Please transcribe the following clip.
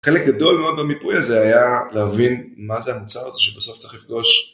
חלק גדול מאוד במיפוי הזה היה להבין מה זה המוצר הזה שבסוף צריך לפגוש.